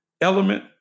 element